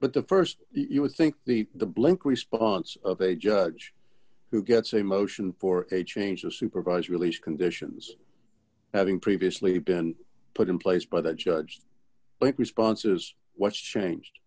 but the st you would think the blink response of a judge who gets a motion for a change of supervised release conditions having previously been put in place by the judge but responses what's changed